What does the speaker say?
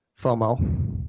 FOMO